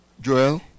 Joel